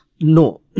No